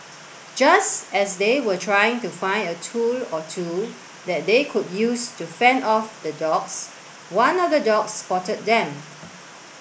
just as they were trying to find a tool or two that they could use to fend off the dogs one of the dogs spotted them